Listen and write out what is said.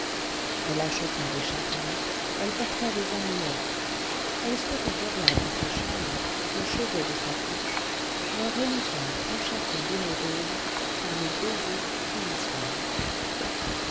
elle acheta des chapelets elle porta des amulettes elle souhaitait avoir dans sa chambre au chevet de sa couche un reliquaire enchâssé d'émeraudes pour le baiser tous les soirs